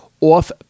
off